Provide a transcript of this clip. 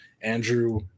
Andrew